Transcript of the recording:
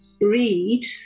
read